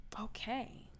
Okay